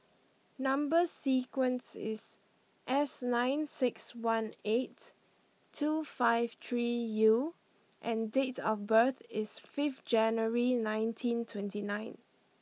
number sequence is S nine six one eight two five three U and date of birth is fifth January nineteen twenty nine